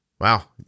Wow